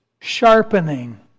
sharpening